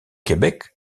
québec